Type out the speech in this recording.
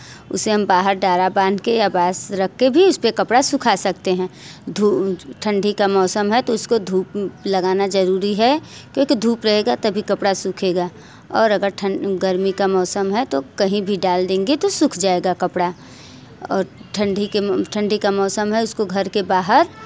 उसे हम बाहर डोरा बाँध कर या बाँस रख कर भी उस पर कपड़ा सूखा सकते हैं धू ठंडी का मौसम है तो उसको धूप लगाना ज़रूरी है क्योंकि धूप रहेगा तभी कपड़ा सूखेगा और अगर ठन गर्मी का मौसम है तो कहीं भी डाल देंगे तो सूख जाएगा कपड़ा और ठंडी के ठंडी का मौसम है उसको घर के बाहर